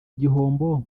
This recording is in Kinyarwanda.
igihombo